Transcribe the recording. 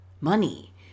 money